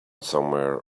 somewhere